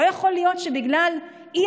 לא יכול להיות שבגלל אי-הסכמה,